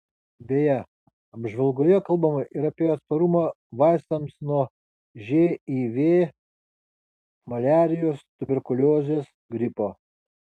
beje apžvalgoje kalbama ir apie atsparumą vaistams nuo živ maliarijos tuberkuliozės gripo